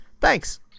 Thanks